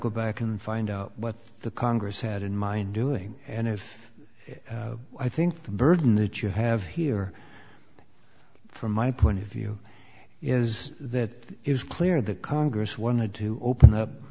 go back and find out what the congress had in mind doing and if i think the burden that you have here from my point of view is that it was clear the congress wanted to open up